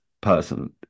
person